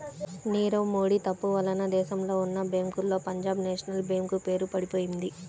నీరవ్ మోడీ తప్పు వలన దేశంలో ఉన్నా బ్యేంకుల్లో పంజాబ్ నేషనల్ బ్యేంకు పేరు పడిపొయింది